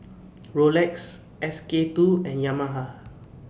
Rolex SK two and Yamaha